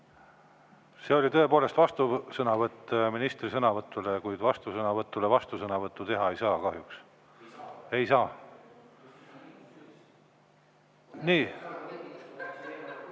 See oli tõepoolest vastusõnavõtt ministri sõnavõtule, kuid vastusõnavõtu peale vastusõnavõttu teha ei saa kahjuks. Ei saa.